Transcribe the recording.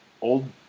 old